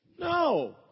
No